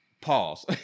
pause